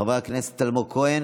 חברי הכנסת אלמוג כהן